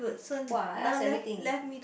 !wah! I ask everything